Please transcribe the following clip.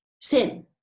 Sin